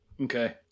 Okay